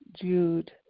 Jude